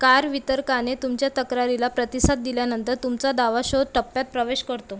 car वितरकाने तुमच्या तक्रारीला प्रतिसाद दिल्यानंतर तुमचा दावा शोध टप्प्यात प्रवेश करतो